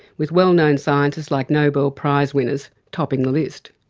with well-known scientists like nobel prize winners topping the list.